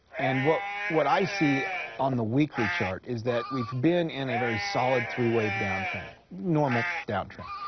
and what what i see on the weekly chart is that we've been in a very solid three wave downtrend, normal downtrend.